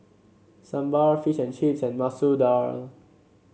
Sambar Fish and Chips and Masoor Dal